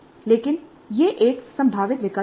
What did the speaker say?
लेकिन यह एक संभावित विकल्प है